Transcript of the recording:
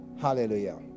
hallelujah